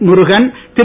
Murugan Thiru